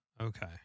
Okay